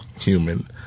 human